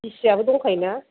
दिसिआबो दंखायो ना